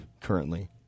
currently